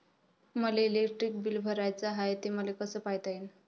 मले electric bill भराचं हाय, ते मले कस पायता येईन?